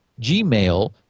Gmail